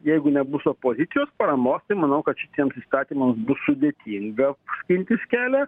jeigu nebus opozicijos paramos tai manau kad šitiems įstatymam bus sudėtinga skintis kelią